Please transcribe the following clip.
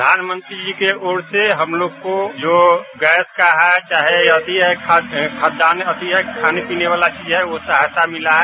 प्रधानमंत्री जी की ओर से हम लोग को जो गैस का है चाहे खादय का खाने पीने वाला की है सहायता मिला है